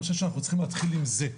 ואני חושב שאנחנו צריכים להתחיל עם זה.